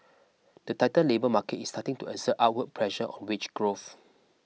the tighter labour market is starting to exert our pressure on wage growth